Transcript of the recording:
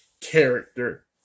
character